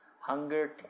Hunger